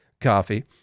coffee